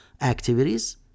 activities